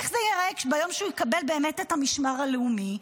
איך זה יראה ביום שהוא יקבל באמת את המשמר הלאומי,